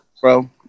Bro